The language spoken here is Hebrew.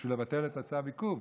בשביל לבטל את צו העיכוב.